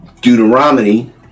deuteronomy